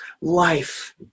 life